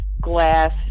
glass